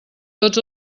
tots